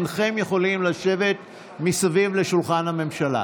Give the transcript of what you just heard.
אינכם יכולים לשבת סביב שולחן הממשלה.